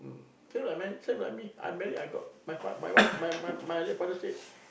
till like married same like me I married I got my fa~ my wife my my my late father said